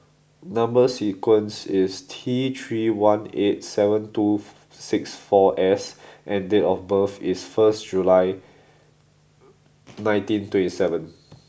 number sequence is T three one eight seven two six four S and date of birth is first June nineteen twenty seven